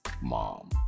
mom